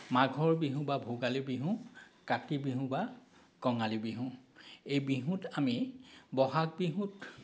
মাঘৰ বিহু বা ভোগালী বিহু কাতি বিহু বা কঙালী বিহু এই বিহুত আমি বহাগ বিহুত